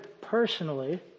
personally